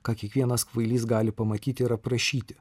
ką kiekvienas kvailys gali pamatyti ir aprašyti